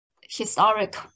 historic